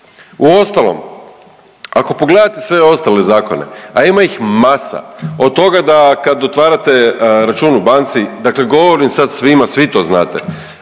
Uostalom, ako pogledate sve ostale zakone, a ima ih masa, od toga da kad otvarate račun u banci, dakle govorim sad svima, svi to znate,